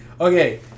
Okay